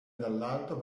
dall’alto